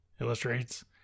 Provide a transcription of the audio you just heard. illustrates